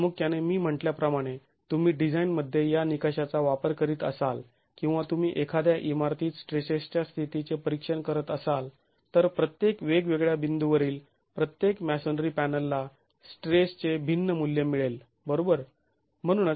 प्रामुख्याने मी म्हंटल्याप्रमाणे तुम्ही डिझाईन मध्ये या निकषाचा वापर करीत असाल किंवा तुम्ही एखाद्या इमारतीत स्ट्रेसेसच्या स्थितीचे परिक्षण करत असाल तर प्रत्येक वेगवेगळ्या बिंदु वरील प्रत्येक मॅसोनरी पॅनलला स्ट्रेसचे भिन्न मुल्य मिळेल बरोबर